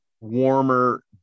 warmer